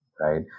Right